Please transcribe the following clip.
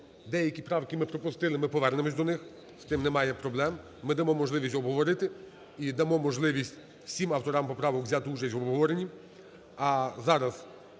деякі правки ми пропустили, ми повернемося до них, з тим немає проблем. Ми дамо можливість обговорити і дамо можливість всім авторам поправок взяти участь в обговоренні.